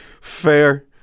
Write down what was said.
Fair